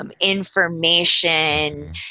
information